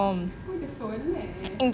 and your theory